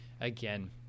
again